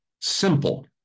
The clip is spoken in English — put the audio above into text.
simple